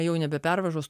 jau nebe pervažos